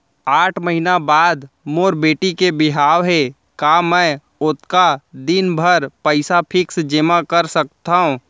आठ महीना बाद मोर बेटी के बिहाव हे का मैं ओतका दिन भर पइसा फिक्स जेमा कर सकथव?